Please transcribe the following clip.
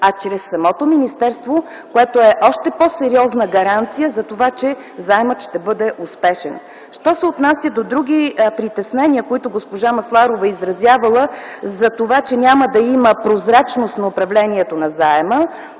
а чрез самото министерство, което е още по-сериозна гаранция за това, че заемът ще бъде успешен. Що се отнася до други притеснения, които госпожа Масларова е изразявала за това, че няма да има прозрачност на управлението на заема,